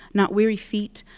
not weary feet,